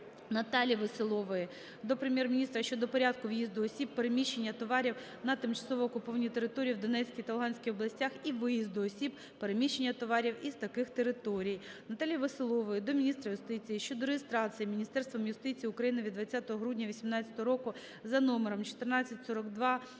Наталії Веселової до Прем'єр-міністра щодо Порядку в'їзду осіб, переміщення товарів на тимчасово окуповані території у Донецькій та Луганській областях і виїзду осіб, переміщення товарів із таких територій. Наталії Веселової до міністра юстиції щодо реєстрації Міністерством юстиції України від 20 грудня 18-го року за номером 1442/32894